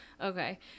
Okay